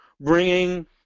bringing